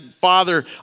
Father